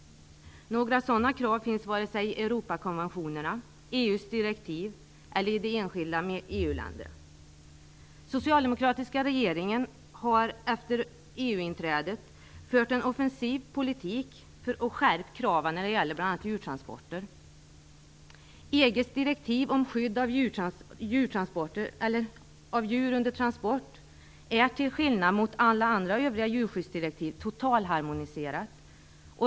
Några sådana krav finns vare sig i Europakonventionerna, i EU:s direktiv eller i de enskilda EU-länderna. Den socialdemokratiska regeringen har efter EU inträdet fört en offensiv politik för att skärpa kraven på bl.a. djurtransporter. EG:s direktiv om skydd av djur under transport är, till skillnad mot övriga djurskyddsdirektiv, totalharmoniserat.